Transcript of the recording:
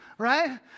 right